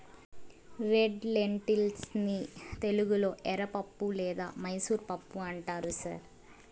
red lentils ని తెలుగులో ఎర్రపప్పు లేదా మైసూర్ పప్పు అంటారు సార్